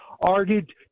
argued